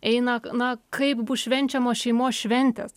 eina na kaip bus švenčiamos šeimos šventės